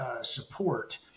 support